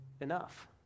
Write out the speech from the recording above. enough